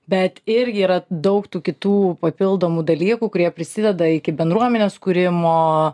bet irgi yra daug tų kitų papildomų dalykų kurie prisideda iki bendruomenės kūrimo